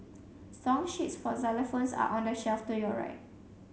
song sheets for xylophones are on the shelf to your right